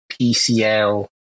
PCL